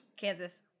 Kansas